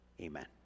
Amen